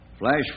Flash